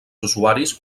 usuaris